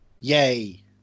Yay